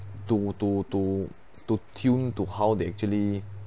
to to to to tune to how they actually